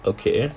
okay